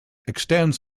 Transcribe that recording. extends